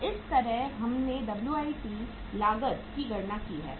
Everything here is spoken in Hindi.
इस तरह हमने डब्ल्यूआईपी WIP लागत की गणना की है